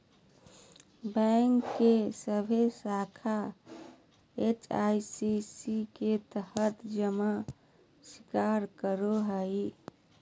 bank के सभे शाखा एस.सी.एस.एस के तहत जमा स्वीकार करो हइ